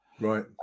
Right